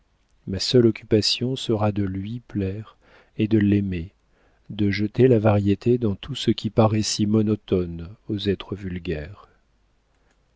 ma seule occupation sera de lui plaire et de l'aimer de jeter la variété dans ce qui paraît si monotone aux êtres vulgaires